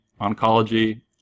oncology